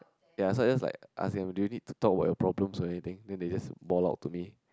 ya so is like I ask them do you need to talk about your problems or anything then they just ball out to me